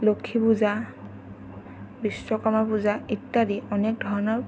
লক্ষী পূজা বিশ্বকৰ্মা পূজা ইত্যাদি অনেক ধৰণৰ